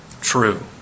true